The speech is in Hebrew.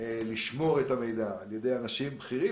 לשמור את המידע על די אנשים בכירים